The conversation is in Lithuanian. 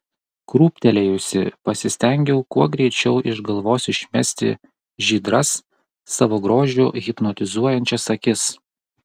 krūptelėjusi pasistengiau kuo greičiau iš galvos išmesti žydras savo grožiu hipnotizuojančias akis